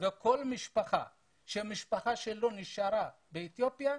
וכל משפחה שהמשפחה שלה נשארה באתיופיה,